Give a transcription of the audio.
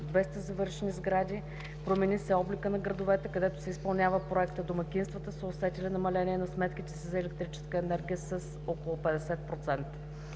200 завършени сгради, промени се обликът на градовете, където се изпълнява проектът, домакинствата са усетили намаление на сметките си за ел. енергия с около 50%.